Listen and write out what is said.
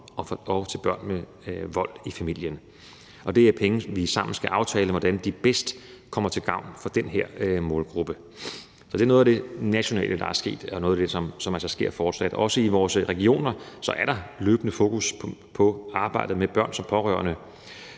og til børn med vold i familien. Det er penge, som vi sammen skal aftale hvordan bedst kommer til gavn for den her målgruppe. Så det er noget af det nationale, der er sket, og noget, som altså sker fortsat. Også i vores regioner er der løbende fokus på arbejdet med børn som pårørende.